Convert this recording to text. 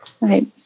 Right